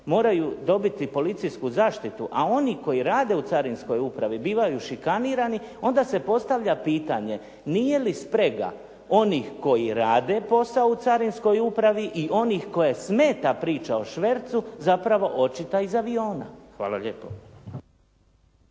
moraju dobiti policijsku zaštitu a oni koji rade u carinskoj upravi bivaju šikanirani, onda se postavlja pitanje, nije li sprega onih koji rade posao u carinskoj upravi i onih koje smeta priča o švercu zapravo očita iz aviona. Hvala lijepo.